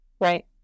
Right